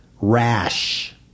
rash